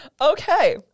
Okay